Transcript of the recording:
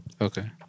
Okay